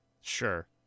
Sure